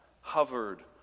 hovered